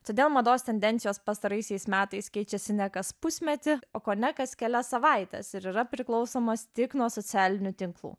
todėl mados tendencijos pastaraisiais metais keičiasi ne kas pusmetį o kone kas kelias savaites ir yra priklausomos tik nuo socialinių tinklų